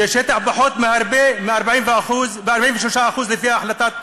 זה שטח קטן בהרבה מה-43% לפי החלטת החלוקה,